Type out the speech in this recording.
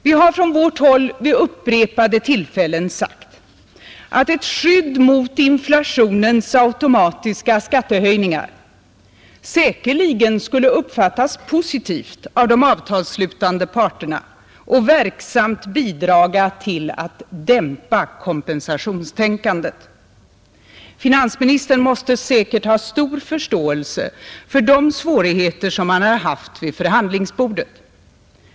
Vi har från vårt håll vid upprepade tillfällen sagt att ett skydd mot inflationens automatiska skattehöjningar säkerligen skulle uppfattas positivt av de avtalsslutande parterna och verksamt bidraga till att dämpa kompensationstänkandet. Finansministern måste säkert ha stor förståelse för de svårigheter som man har haft vid förhandlingsbordet.